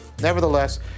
Nevertheless